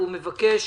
הוא מבקש